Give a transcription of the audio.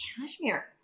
cashmere